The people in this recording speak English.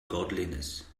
godliness